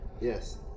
Yes